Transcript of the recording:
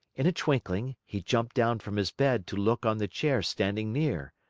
in a twinkling, he jumped down from his bed to look on the chair standing near.